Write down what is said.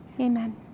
amen